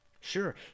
sure